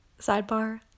Sidebar